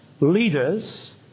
Leaders